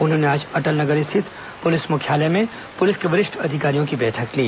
उन्होंने आज अटल नगर स्थित पुलिस मुख्यालय में पुलिस के वरिष्ठ अधिकारियों की बैठक ली